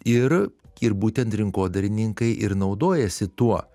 ir ir būtent rinkodarininkai ir naudojasi tuo